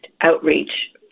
outreach